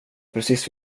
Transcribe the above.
precis